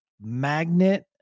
magnet